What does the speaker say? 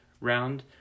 round